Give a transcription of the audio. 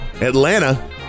Atlanta